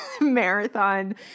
marathon